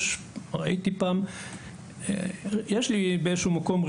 יש לי רישום באיזה שהוא מקום,